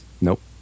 Nope